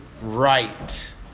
right